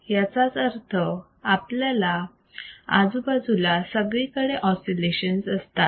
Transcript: याचाच अर्थ आपल्या आजूबाजूला सगळीकडे ऑसिलेशन असतात